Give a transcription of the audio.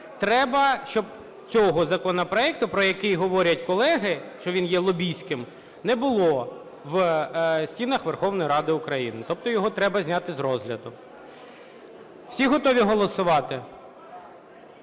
треба, щоб цього законопроекту, про який говорять колеги, що він є лобістським, не було в стінах Верховної Ради України. Тобто його треба зняти з розгляду. Всі готові голосувати?